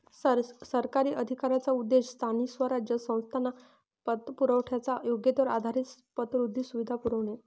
सरकारी अधिकाऱ्यांचा उद्देश स्थानिक स्वराज्य संस्थांना पतपुरवठ्याच्या योग्यतेवर आधारित पतवृद्धी सुविधा पुरवणे